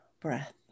breath